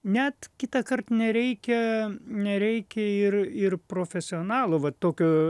net kitąkart nereikia nereikia ir ir profesionalų va tokio